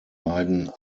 beiden